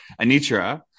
anitra